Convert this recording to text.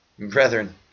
Brethren